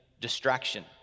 distraction